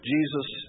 Jesus